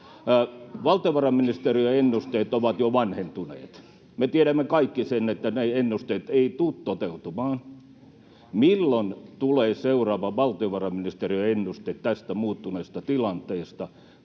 Valtiovarainministeriön ennusteet ovat jo vanhentuneet. Me tiedämme kaikki sen, että ne ennusteet eivät tule toteutumaan. Milloin tulee seuraava valtiovarainministeriön ennuste tästä muuttuneesta tilanteesta?